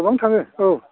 गोबां थाङो औ